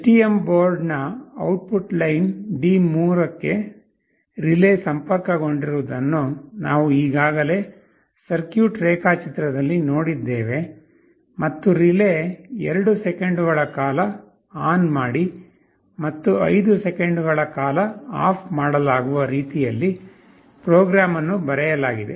STM ಬೋರ್ಡ್ನ output line D3 ಗೆ relay ಸಂಪರ್ಕಗೊಂಡಿರುವುದನ್ನು ನಾವು ಈಗಾಗಲೇ ಸರ್ಕ್ಯೂಟ್ ರೇಖಾಚಿತ್ರದಲ್ಲಿ ನೋಡಿದ್ದೇವೆ ಮತ್ತು ರಿಲೇ 2 ಸೆಕೆಂಡುಗಳ ಕಾಲ ಆನ್ ಮಾಡಿ ಮತ್ತು 5 ಸೆಕೆಂಡುಗಳ ಕಾಲ ಆಫ್ ಮಾಡಲಾಗುವ ರೀತಿಯಲ್ಲಿ ಪ್ರೋಗ್ರಾಂ ಅನ್ನು ಬರೆಯಲಾಗಿದೆ